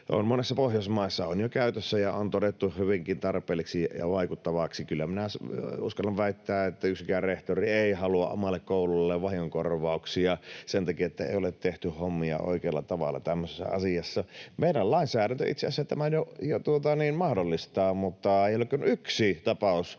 monessa Pohjoismaassa jo käytössä ja on todettu hyvinkin tarpeelliseksi ja vaikuttavaksi. Kyllä minä uskallan väittää, että yksikään rehtori ei halua omalle koululle vahingonkorvauksia sen takia, että ei ole tehty hommia oikealla tavalla tämmöisessä asiassa. Meidän lainsäädäntö itse asiassa tämän jo mahdollistaa, mutta ei ole kuin yksi tapaus